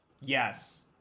Yes